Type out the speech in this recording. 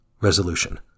Resolution